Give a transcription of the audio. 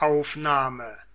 eine